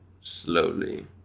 slowly